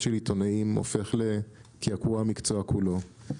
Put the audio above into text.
של עיתונאים הופך לתעתוע מקצוע כולו.